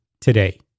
today